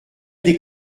des